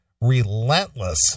relentless